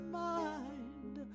mind